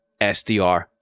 SDR